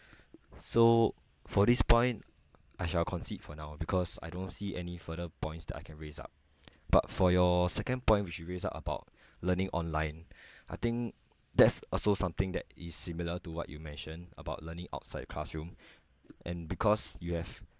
so for this point I shall concede for now because I don't see any further points that I can raise up but for your second point which you raise up about learning online I think that's also something that is similar to what you mention about learning outside the classroom and because you have